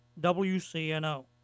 WCNO